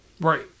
Right